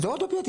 זה עוד סם.